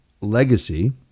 legacy